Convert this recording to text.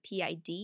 PID